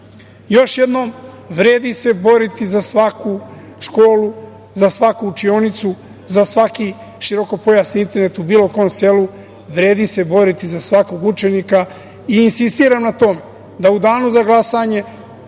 jednom, vredi se boriti za svaku školu, za svaku učionicu, za svaki širokopojasni internet u bilo kom selu. Vredi se boriti za svako učenika. Insistiram na tome da u danu za glasanje